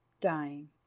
dying